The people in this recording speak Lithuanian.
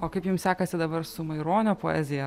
o kaip jum sekasi dabar su maironio poezija